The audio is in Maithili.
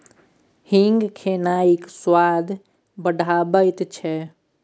हींग खेनाइक स्वाद बढ़ाबैत छै